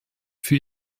für